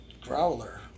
Growler